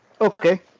Okay